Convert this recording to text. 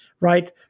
Right